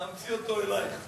תאמצי אותו אלייך.